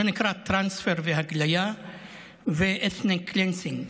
זה נקרא טרנספר והגליה ו-ethnic cleansing,